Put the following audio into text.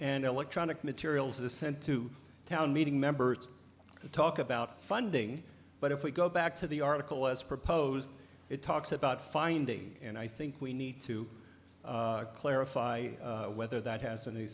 and electronic materials ascent to town meeting members to talk about funding but if we go back to the article as proposed it talks about finding and i think we need to clarify whether that has a new